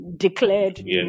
Declared